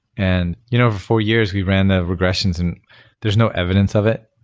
and you know for years, we ran ah regressions and there's no evidence of it.